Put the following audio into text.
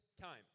time